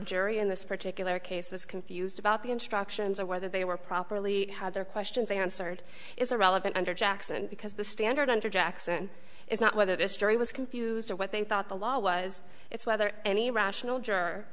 jury in this particular case was confused about the instructions or whether they were properly had their questions answered is irrelevant under jackson because the standard for jackson is not whether this jury was confused or what they thought the law was it's whether any rational j